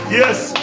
yes